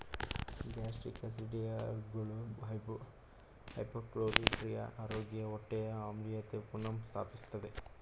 gastric ಆಸಿಡಿಫೈಯರ್ಗಳು hypochlorhydria ರೋಗಿಯ ಹೊಟ್ಟೆಯ ಆಮ್ಲೀಯತೆ ಪುನಃ ಸ್ಥಾಪಿಸ್ತದೆ